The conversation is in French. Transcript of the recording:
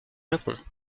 japon